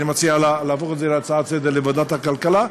אני מציע להפוך את זה להצעה לסדר-היום ולהעביר לוועדת הכלכלה,